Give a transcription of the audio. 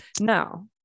No